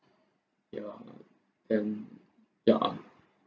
yeah and yeah